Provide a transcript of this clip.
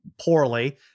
poorly